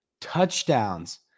touchdowns